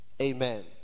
amen